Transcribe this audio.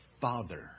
Father